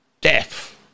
death